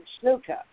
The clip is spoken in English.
snooker